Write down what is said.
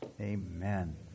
Amen